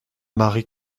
marie